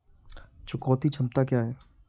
चुकौती क्षमता क्या है?